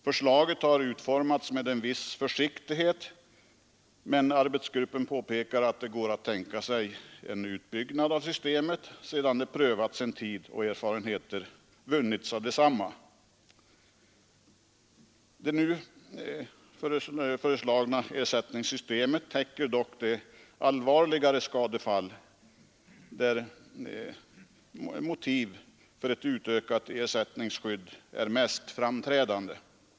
Förslaget har utformats med en viss försiktighet, men arbetsgruppen påpekar att det går att tänka sig en utbyggnad av systemet sedan det prövats en tid och erfarenheter har vunnits. Det nu föreslagna ersättningssystemet täcker dock de allvarligare skadefall där motiven för ett utökat ersättningsskydd är mest framträdande.